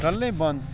کر لے بند